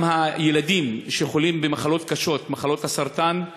גם הילדים שחולים במחלות קשות, מחלות הסרטן,